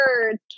words